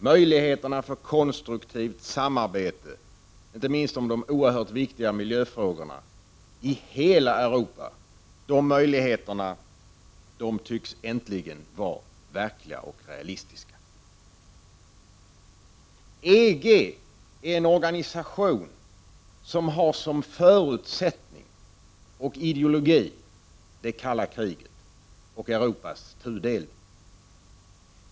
Möjligheterna för konstruktivt samarbete, inte minst i de 11 oerhört viktiga miljöfrågorna, i hela Europa tycks nu vara verkliga och realistiska. EG är en organisation som har som förutsättning och ideologi det kalla kriget och Europas tudelning.